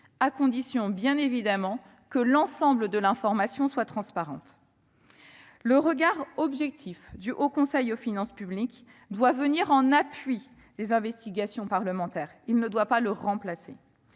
à condition bien entendu que l'ensemble de l'information soit transparente. Fort de son regard objectif, le Haut Conseil des finances publiques (HCFP) doit venir en appui des investigations parlementaires. Il ne doit pas remplacer